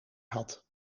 had